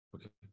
Okay